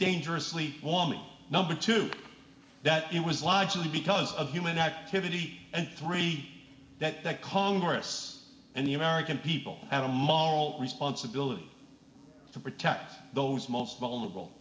dangerously warm number two that it was largely because of human activity and three that congress and the american people had a mole responsibility to protect those most vulnerable